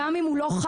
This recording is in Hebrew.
גם אם הוא לא חי,